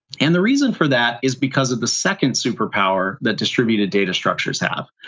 and the reason for that is because of the second superpower that distributed data structures have,